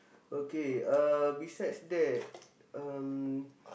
okay uh besides that um